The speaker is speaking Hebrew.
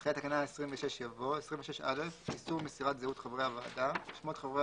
אחרי תקנה 26 יבוא: "26א.איסור מסירת חברי הוועדה שמות חברי